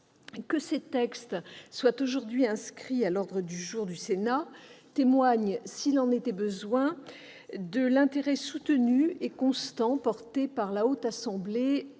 Que ces textes soient inscrits à l'ordre du jour du Sénat témoigne, s'il en était besoin, de l'intérêt soutenu et constant porté par la Haute Assemblée à